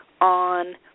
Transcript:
on